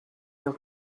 your